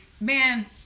man